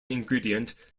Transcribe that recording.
ingredient